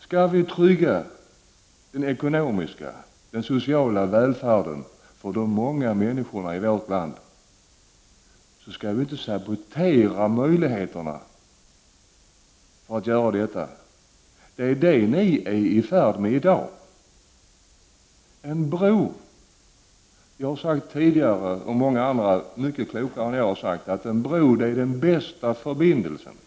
Skall vi kunna trygga den ekonomiska och sociala välfärden för de många människorna i vårt land, får vi inte sabotera dessa möjligheter. Det är vad ni i dag är i färd med att göra. Jag och många klokare än jag har sagt att en bro är den bästa förbindelsen. — Prot.